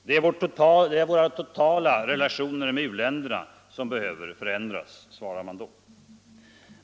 Det är våra totala relationer med u-länderna som behöver förändras, svarar man.